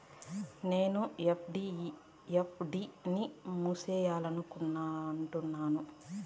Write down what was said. నేను నా ఎఫ్.డి ని మూసేయాలనుకుంటున్నాను